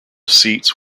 seats